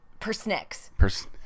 Persnicks